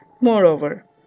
Moreover